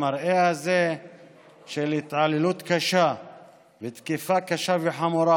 המראה הזה של התעללות קשה ותקיפה קשה וחמורה